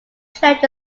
church